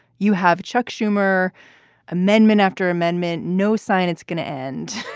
you have chuck schumer amendment after amendment. no sign it's going to end.